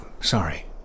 sorry